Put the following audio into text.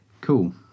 Cool